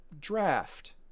draft